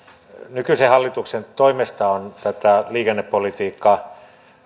nykyisen hallituksen toimesta on tätä liikennepolitiikkaa